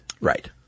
Right